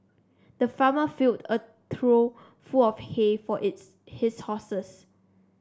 the farmer filled a trough full of hay for its his horses